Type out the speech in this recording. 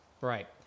Right